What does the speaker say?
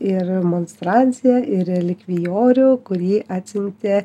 ir monstranciją relikvijorių kurį atsiuntė